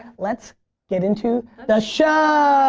let's get into the show.